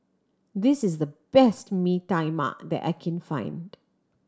this is the best Mee Tai Mak that I can find